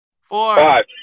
Four